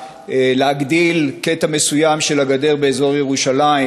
להגדיל קטע מסוים של הגדר באזור ירושלים,